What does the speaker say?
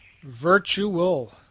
Virtual